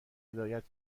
هدایت